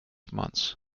months